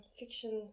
fiction